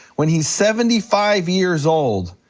when he's seventy five years old,